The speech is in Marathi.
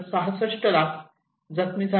66 लाख जखमी झाले